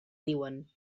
diuen